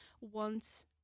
wants